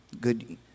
good